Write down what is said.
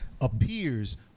appears